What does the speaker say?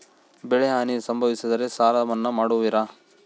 ಬೆಳೆಹಾನಿ ಸಂಭವಿಸಿದರೆ ಸಾಲ ಮನ್ನಾ ಮಾಡುವಿರ?